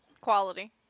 Quality